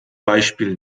beispiel